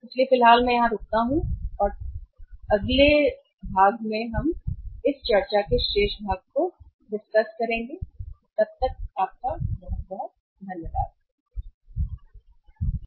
इसलिए फिलहाल मैं यहां रुकता हूं और चर्चा के शेष भाग हम अगले धन्यवाद में आपको बहुत धन्यवाद देंगे